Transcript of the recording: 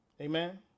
amen